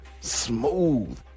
smooth